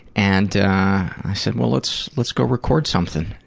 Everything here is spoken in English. and i said, well, let's let's go record something,